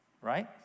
Right